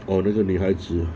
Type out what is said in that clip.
哦那个女孩子